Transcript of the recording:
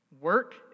Work